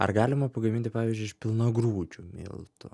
ar galima pagaminti pavyzdžiui iš pilnagrūdžių miltų